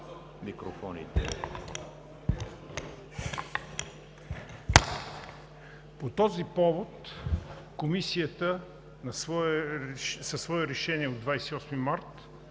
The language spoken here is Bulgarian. година. По този повод Комисията със свое решение от 28 март